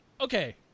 okay